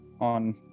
on